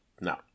No